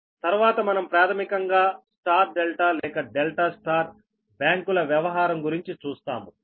తర్వాత మనం ప్రాథమికంగా Y ∆ లేక ∆ Y బ్యాంకుల వ్యవహారం గురించి చూస్తాము